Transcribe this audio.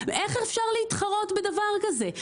איך אפשר להתחרות בדבר כזה?